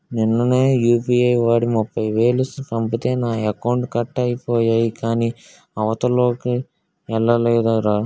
నిన్ననే యూ.పి.ఐ వాడి ముప్ఫైవేలు పంపితే నా అకౌంట్లో కట్ అయిపోయాయి కాని అవతలోల్లకి ఎల్లలేదురా